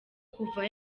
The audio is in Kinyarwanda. kuva